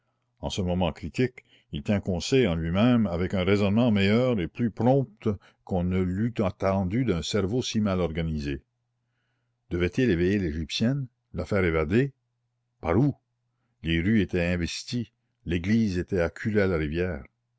en ce moment critique il tint conseil en lui-même avec un raisonnement meilleur et plus prompt qu'on ne l'eût attendu d'un cerveau si mal organisé devait-il éveiller l'égyptienne la faire évader par où les rues étaient investies l'église était acculée à la rivière